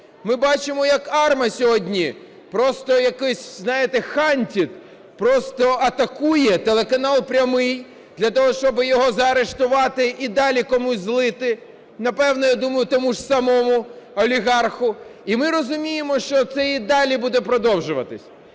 Ми бачимо, як АРМА сьогодні просто якийсь, знаєте, хантить, просто атакує телеканал "Прямий" для того, щоб його заарештувати і далі комусь злити, напевно, я думаю, тому ж самому олігарху. І ми розуміємо, що це і далі буде продовжуватися.